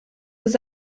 was